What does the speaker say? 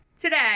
today